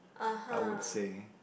I would say